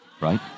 right